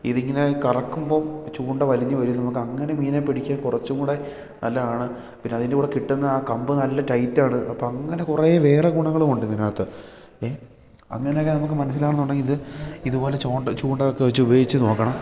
ഇതിങ്ങനെ കറക്കുമ്പോൾ ചൂണ്ട വലിഞ്ഞ് വരും നമുക്ക് അങ്ങനെ മീൻ പിടിക്കാൻ കുറച്ചും കൂടെ നല്ലത് ആണ് പിന്നെ അതിൻ്റെ കൂടെ കിട്ടുന്ന ആ കമ്പ് നല്ല ടൈറ്റാണ് അപ്പം അങ്ങനെ കുറെ വേറെ ഗുണങ്ങളും ഉണ്ട് ഇതിനകത്ത് ഏ അങ്ങനെയൊക്കെ നമുക്ക് മനസ്സിലാവണം എന്നുണ്ടെങ്കിൽ ഇത് ഇതുപോലെ ചൂണ്ട ചൂണ്ടക്കെ വച്ച് ഉപയോഗിച്ച് നോക്കണം